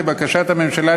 לבקשת הממשלה,